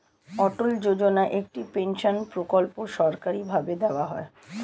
অটল যোজনা একটি পেনশন প্রকল্প সরকারি ভাবে দেওয়া হয়